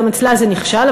גם אצלה זה נכשל.